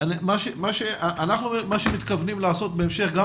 מה שאנחנו מתכוונים לעשות בהמשך גם